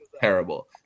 terrible